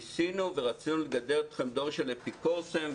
"ניסינו ורצינו לגדל אתכם דור של אפיקורסים,